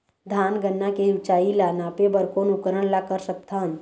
धान गन्ना के ऊंचाई ला नापे बर कोन उपकरण ला कर सकथन?